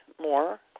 more